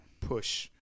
push